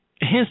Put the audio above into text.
Hence